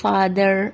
Father